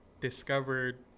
discovered